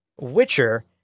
witcher